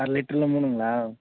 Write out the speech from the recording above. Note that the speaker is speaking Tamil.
அரை லிட்ரில் மூணுங்களா